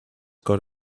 got